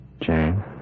Jane